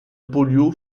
polio